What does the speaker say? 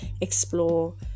explore